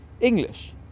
English